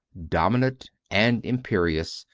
dominant and imperious,